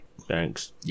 Thanks